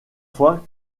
fois